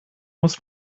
muss